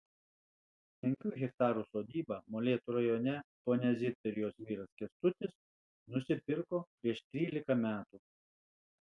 penkių hektarų sodybą molėtų rajone ponia zita ir jos vyras kęstutis nusipirko prieš trylika metų